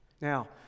now